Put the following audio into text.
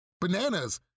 Bananas